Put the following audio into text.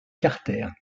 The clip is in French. carter